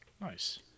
Nice